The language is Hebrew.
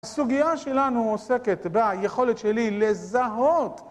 הסוגיה שלנו עוסקת ביכולת שלי לזהות